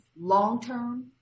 long-term